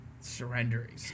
surrendering